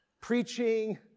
preaching